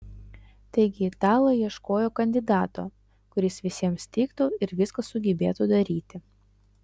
taigi italai ieškojo kandidato kuris visiems tiktų ir viską sugebėtų daryti